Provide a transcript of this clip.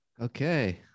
Okay